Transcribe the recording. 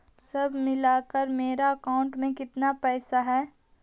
सब मिलकर मेरे अकाउंट में केतना पैसा है?